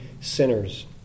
sinners